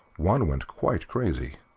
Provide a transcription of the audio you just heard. one went quite crazy,